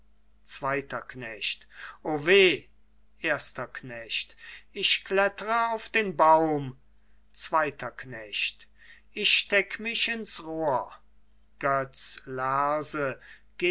zweiter knecht o weh erster knecht ich klettere auf den baum zweiter knecht ich steck mich ins rohr götz